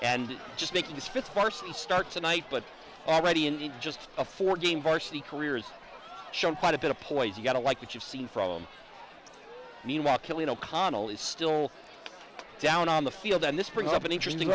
and just making his fifth varsity start tonight but already in just a fourteen varsity careers shown quite a bit of poise you got to like what you've seen from meanwhile killing o'connell is still down on the field and this brings up an interesting